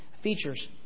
features